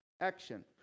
action